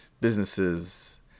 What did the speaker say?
businesses